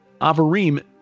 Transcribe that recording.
Avarim